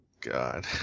God